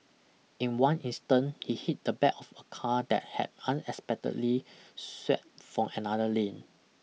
in one instant he hit the back of a car that had unexpectedly swerved from another lane